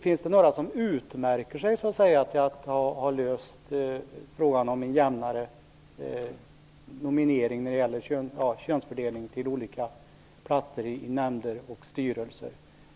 Finns det några som så att säga utmärker sig i att ha uppnått en jämnare könsfördelning i sin nominering till platser i nämnder och styrelser?